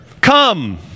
Come